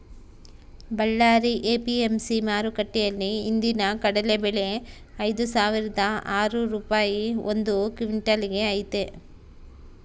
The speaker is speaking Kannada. ಬಳ್ಳಾರಿ ಎ.ಪಿ.ಎಂ.ಸಿ ಮಾರುಕಟ್ಟೆಯಲ್ಲಿ ಇಂದಿನ ಕಡಲೆ ಬೆಲೆ ಐದುಸಾವಿರದ ಆರು ರೂಪಾಯಿ ಒಂದು ಕ್ವಿನ್ಟಲ್ ಗೆ ಐತೆ